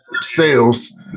sales